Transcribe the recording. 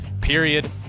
period